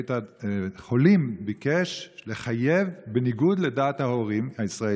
שבית החולים ביקש לחייב בניגוד לדעת ההורים הישראלים,